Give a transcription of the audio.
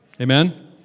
Amen